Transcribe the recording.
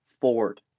Ford